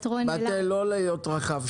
בת אל, לא להיות רחב.